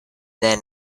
then